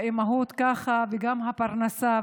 האימהות ככה וגם הפרנסה,